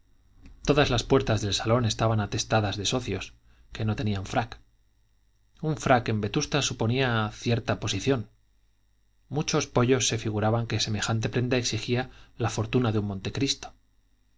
todas las puertas del salón estaban atestadas de socios que no tenían frac un frac en vetusta suponía cierta posición muchos pollos se figuraban que semejante prenda exigía la fortuna de un montecristo